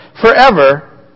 forever